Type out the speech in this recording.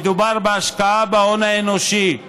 מדובר בהשקעה בהון האנושי.